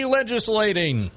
legislating